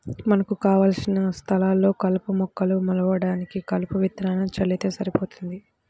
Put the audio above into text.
మనకు కావలసిన స్థలాల్లో కలుపు మొక్కలు మొలవడానికి కలుపు విత్తనాలను చల్లితే సరిపోతుంది